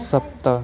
सप्त